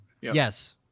Yes